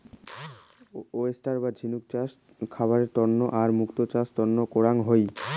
oyster বা ঝিনুক চাষ খাবারের তন্ন আর মুক্তো চাষ তন্ন করাং হই